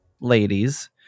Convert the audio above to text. ladies